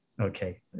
Okay